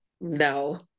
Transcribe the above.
no